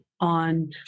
on